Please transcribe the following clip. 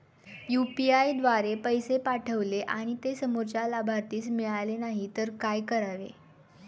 UPI द्वारे पैसे पाठवले आणि ते समोरच्या लाभार्थीस मिळाले नाही तर काय करावे?